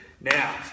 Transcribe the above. Now